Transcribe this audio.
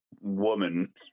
woman